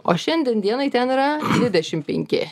o šiandien dienai ten yra dvidešimt penki